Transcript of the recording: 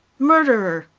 murderer!